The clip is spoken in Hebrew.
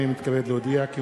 הנני מתכבד להודיעכם,